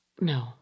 No